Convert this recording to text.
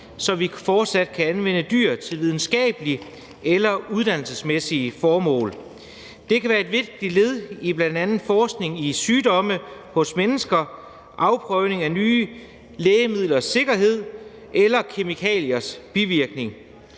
så vi fortsat kan anvende dyr til videnskabelige eller uddannelsesmæssige formål. Det kan være et vigtigt led i bl.a. forskning i sygdomme hos mennesker, afprøvning af nye lægemidlers sikkerhed eller kemikaliers bivirkning.